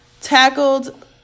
tackled